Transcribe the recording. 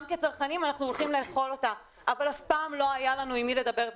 גם כצרכנים אנחנו הולכים לאכול אותה אבל אף פעם לא היה לנו עם מי לדבר.